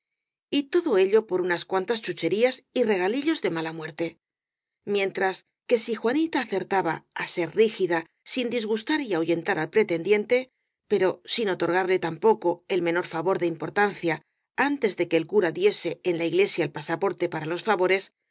marido y todo ello por unas cuantas chucherías y regalillos de mala muerte mientras que si juanita acertaba á ser rígida sin disgustar y ahuyentar al pretendiente pero sin otorgarle tampoco el menor favor de importancia antes de que el cura diese en la iglesia el pasaporte para los favores